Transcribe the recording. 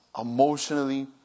emotionally